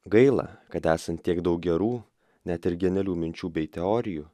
gaila kad esant tiek daug gerų net ir genialių minčių bei teorijų